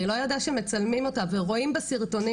היא לא ידעה שמצלמים אותה ורואים בסרטונים